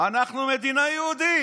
שאנחנו מדינה יהודית,